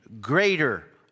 greater